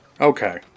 Okay